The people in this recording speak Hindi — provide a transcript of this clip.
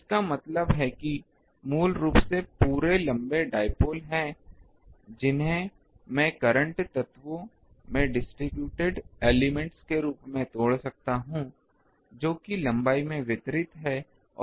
इसलिए इसका मतलब है ये मूल रूप से पूरे लंबे डाइपोल हैं जिन्हें मैं करंट तत्वों में डिस्ट्रिब्यूटेड एलिमेंट्स के रूप में तोड़ सकता हूं जो कि लंबाई में वितरित हैं